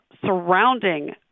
surrounding